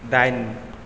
दाइन